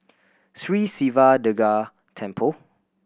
Sri Siva Durga Temple